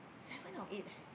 seven or eight eh